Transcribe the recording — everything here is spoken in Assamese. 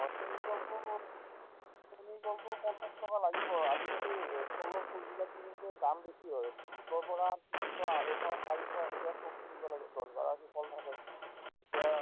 অঁ চেনী কলটো চেনী কলটো পঞ্চাছ টকা লাগিব আজিকালি কলৰ থোকবিলাক কিনোতে দাম বেছি হয় দুশৰ পৰা তিনিশ আঢ়ৈশ চাৰিশ এনেকুৱা থোক কিনিব লাগে দচ বাৰ আখি কল থাকে এতিয়া